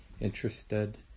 interested